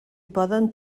poden